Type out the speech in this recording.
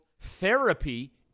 therapy